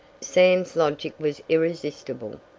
sam's logic was irresistible.